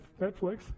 Netflix